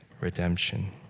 redemption